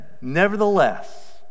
nevertheless